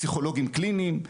פסיכולוגים קליניים,